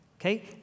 Okay